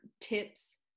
tips